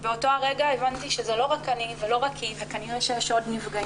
ואותו רגע הבנתי שזה לא רק אני ולא רק היא וכנראה שיש עוד נפגעים.